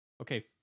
Okay